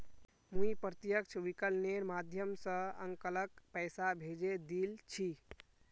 मुई प्रत्यक्ष विकलनेर माध्यम स अंकलक पैसा भेजे दिल छि